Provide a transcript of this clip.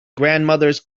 grandmothers